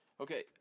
Okay